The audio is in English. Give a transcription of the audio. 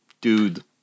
Dude